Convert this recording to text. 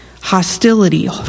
hostility